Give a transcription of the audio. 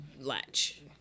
latch